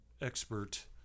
expert